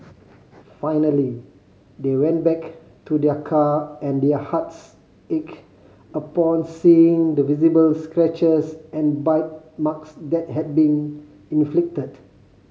finally they went back to their car and their hearts ached upon seeing the visible scratches and bite marks that had been inflicted